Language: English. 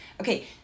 Okay